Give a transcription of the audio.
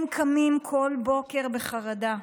הם קמים כל בוקר בחרדה: